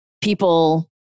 people